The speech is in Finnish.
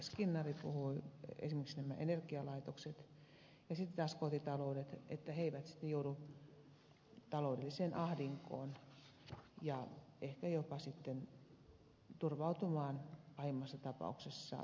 skinnari puhui esimerkiksi nämä energialaitokset ja sitten taas kotitalouksille että ne eivät sitten joudu taloudelliseen ahdinkoon ja ehkä jopa turvautumaan pahimmassa tapauksessa sosiaaliturvaan